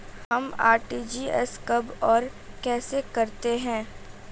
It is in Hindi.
हम आर.टी.जी.एस कब और कैसे करते हैं?